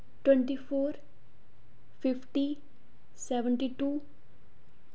twenty four fifty seventy to